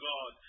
God